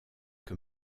que